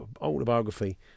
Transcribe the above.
autobiography